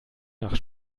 nach